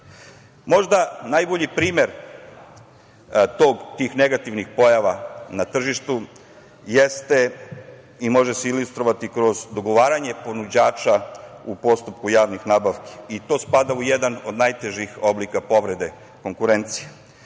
najbolji primer tih negativnih pojava na tržištu jeste i može se ilustrovati kroz dogovaranje ponuđača u postupku javnih nabavki i to spada u jedan od najtežih oblika povrede konkurencije.